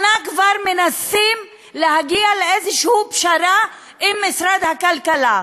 כבר שנה מנסים להגיע לאיזושהי פשרה עם משרד הכלכלה,